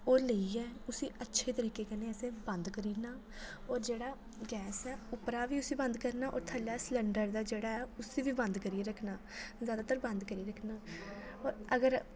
ओह् लेइयै उसी अच्छे तरीके कन्नै असें बंद करी ना होर जेह्ड़ा ऐ गैस ऐ उप्परा बी उसी बंद करना होर थल्ला सिलंडर दा जेह्ड़ा ऐ उसी बी बंद करियै रक्खना ज्यादातर बंद करियै रक्खना होर अगर